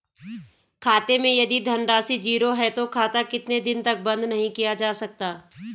खाते मैं यदि धन राशि ज़ीरो है तो खाता कितने दिन तक बंद नहीं किया जा सकता?